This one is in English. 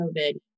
COVID